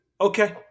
Okay